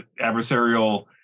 adversarial